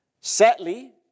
Sadly